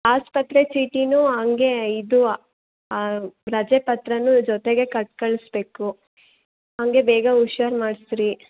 ಆಸ್ಪತ್ರೆ ಚೀಟಿನೂ ಹಂಗೆ ಇದು ರಜೆ ಪತ್ರನೂ ಜೊತೆಗೆ ಕಳ್ ಕಳಿಸ್ಬೇಕು ಹಂಗೆ ಬೇಗ ಹುಷಾರ್ ಮಾಡಿಸ್ರಿ